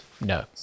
No